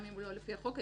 גם אם הוא לא לפי החוק,